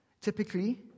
Typically